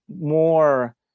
more